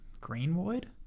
Greenwood